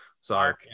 Sorry